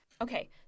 okay